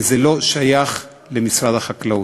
וזה לא שייך למשרד החקלאות.